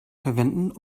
verwenden